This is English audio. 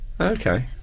Okay